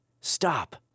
Stop